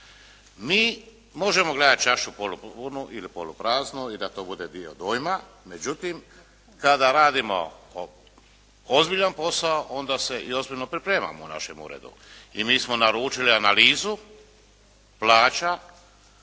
Mi možemo gledati čašu polu punu ili polu praznu i da to bude dio dojma. Međutim, kada radimo ozbiljan posao onda se i ozbiljno pripremamo u našem uredu. I mi smo naručili analizu plaća